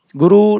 Guru